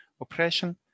oppression